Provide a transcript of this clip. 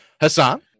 Hassan